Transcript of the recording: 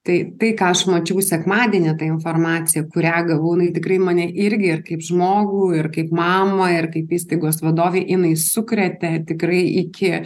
tai tai ką aš mačiau sekmadienį ta informacija kurią gavau jinai tikrai mane irgi ir kaip žmogų ir kaip mamą ir kaip įstaigos vadovę jinai sukrėtė tikrai iki